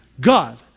God